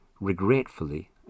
regretfully